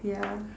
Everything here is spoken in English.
ya